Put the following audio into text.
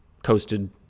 Coasted